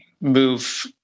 move